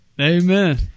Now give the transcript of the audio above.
Amen